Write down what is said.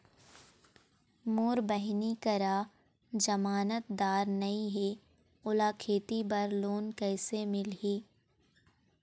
मोर बहिनी करा जमानतदार नई हे, ओला खेती बर लोन कइसे मिलही?